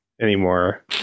anymore